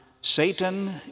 Satan